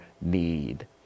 need